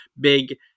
big